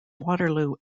waterloo